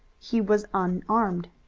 he was unarmed.